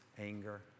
anger